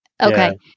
okay